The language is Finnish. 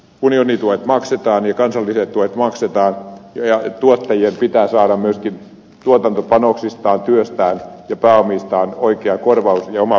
unionituet maksetaan ja kansalliset tuet maksetaan ja tuottajien pitää saada myöskin tuotantopanoksistaan työstään ja pääomistaan oikea korvaus ja oma palkkansa